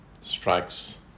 strikes